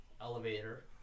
elevator